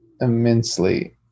immensely